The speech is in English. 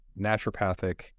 naturopathic